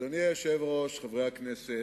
אדוני היושב-ראש, חברי הכנסת,